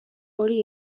hori